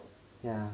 yeah